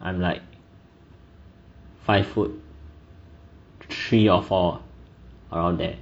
I'm like five foot three or four around there